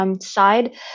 side